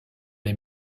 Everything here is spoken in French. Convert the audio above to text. les